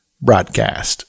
broadcast